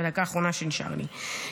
בדקה האחרונה שנשארה לי,